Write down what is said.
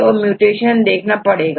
और म्यूटेशन देखना पड़ेगा